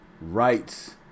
rights